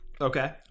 Okay